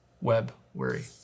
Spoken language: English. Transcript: web-weary